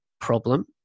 problem